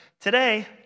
today